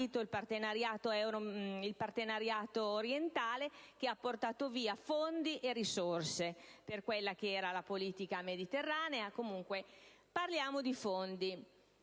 il partenariato orientale che ha portato via fondi e risorse a quella che era la politica mediterranea. Quanto ai fondi,